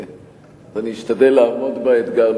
ואני אשתדל לעמוד באתגר.